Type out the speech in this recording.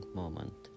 moment